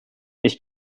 ich